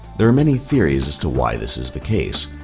there are many theories as to why this is the case,